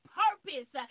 purpose